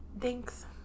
Thanks